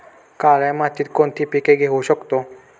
काळ्या मातीत कोणती पिके घेऊ शकतो?